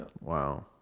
Wow